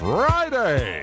Friday